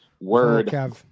Word